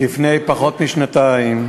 לפני פחות משנתיים,